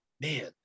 man